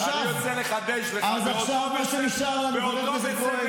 חבר הכנסת כהן,